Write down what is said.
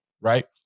right